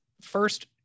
First